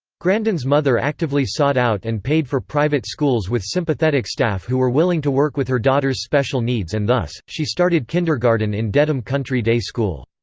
grandin's mother actively sought out and paid for private schools with sympathetic staff who were willing to work with her daughter's special needs and thus, she started kindergarten in dedham country day school.